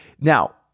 Now